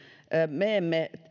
me emme